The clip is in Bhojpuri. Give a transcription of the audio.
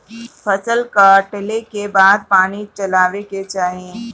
फसल कटले के बाद पानी चलावे के चाही